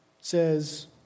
says